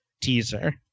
teaser